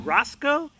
Roscoe